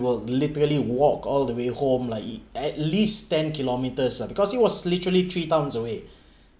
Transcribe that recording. will literally walk all the way home like it at least ten kilometers ah because it was literally three towns away